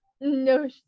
No